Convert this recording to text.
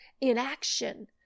inaction